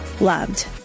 loved